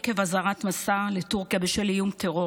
עקב אזהרת מסע לטורקיה בשל איום טרור